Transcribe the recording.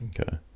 Okay